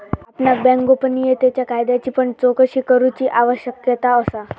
आपणाक बँक गोपनीयतेच्या कायद्याची पण चोकशी करूची आवश्यकता असा